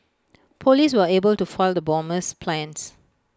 Police were able to foil the bomber's plans